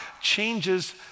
changes